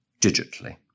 digitally